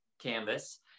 canvas